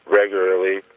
regularly